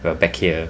we are back here